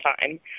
time